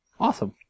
Awesome